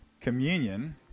communion